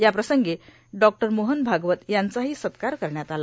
याप्रसंगी डॉ मोहन भागवत यांचाही सत्कार करण्यात आला